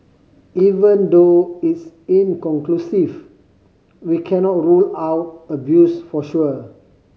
even though it's inconclusive we cannot rule out abuse for sure